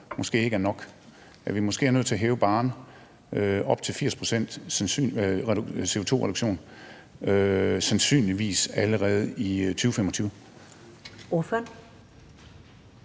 måske ikke er nok, og at vi måske er nødt til at hæve barren op til 80 pct. CO2-reduktion sandsynligvis allerede i 2025?